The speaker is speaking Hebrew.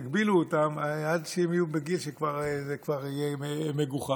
יגבילו אותם עד שהם יהיו בגיל שזה כבר יהיה מגוחך?